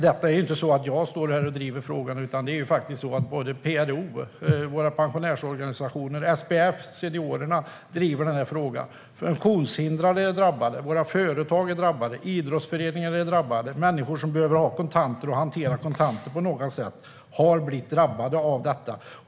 Det är inte så att jag står här och driver frågan, utan både PRO, pensionärsorganisationen, och SPF Seniorerna driver den. Funktionshindrade är drabbade. Våra företag är drabbade. Idrottsföreningar är drabbade. Människor som behöver hantera kontanter på något sätt har blivit drabbade av detta.